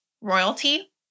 royalty